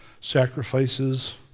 Sacrifices